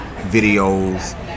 videos